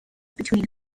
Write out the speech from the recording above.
between